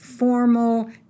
formal